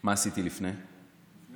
מה עשיתי לפני כן?